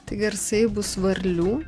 tai garsai bus varlių